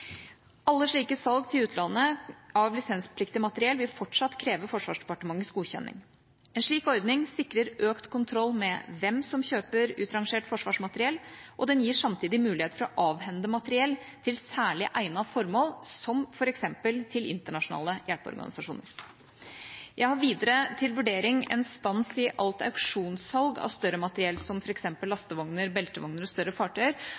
Alle slike salg til utlandet av lisenspliktig materiell vil fortsatt kreve Forsvarsdepartementets godkjenning. En slik ordning sikrer økt kontroll med hvem som kjøper utrangert forsvarsmateriell, og den gir samtidig mulighet for å avhende materiell til særlig egnet formål, som f.eks. til internasjonale hjelpeorganisasjoner. Jeg har videre til vurdering en stans i alt auksjonssalg av større materiell, som f.eks. lastevogner, beltevogner og større fartøyer,